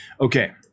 Okay